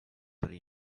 very